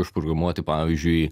užprogramuoti pavyzdžiui